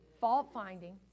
fault-finding